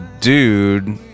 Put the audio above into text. dude